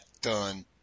done